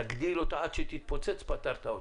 תגדיל אותה עד שתתפוצץ פתרת אותה.